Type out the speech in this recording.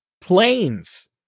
Planes